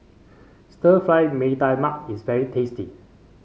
Stir Fried Mee Tai Mak is very tasty